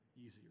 easier